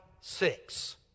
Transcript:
six